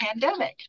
pandemic